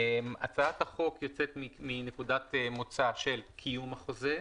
הצעת החוק יוצאת מנקודת מוצא של קיום החוזה,